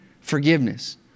forgiveness